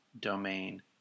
domain